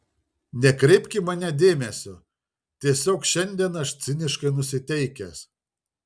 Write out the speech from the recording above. nekreipk į mane dėmesio tiesiog šiandien aš ciniškai nusiteikęs